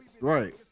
Right